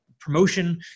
promotion